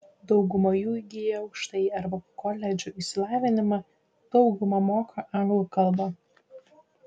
dauguma jų įgiję aukštąjį arba koledžo išsilavinimą dauguma moka anglų kalbą